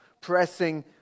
pressing